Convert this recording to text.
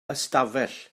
ystafell